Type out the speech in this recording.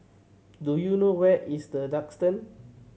do you know where is The Duxton